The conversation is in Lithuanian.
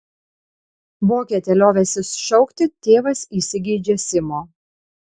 vokietę liovęsis šaukti tėvas įsigeidžia simo